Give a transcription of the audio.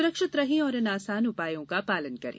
सुरक्षित रहें और इन आसान उपायों का पालन करें